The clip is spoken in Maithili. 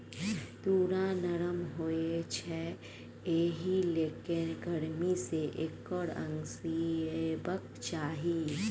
तूर नरम होए छै एहिलेल गरमी मे एकर अंगा सिएबाक चाही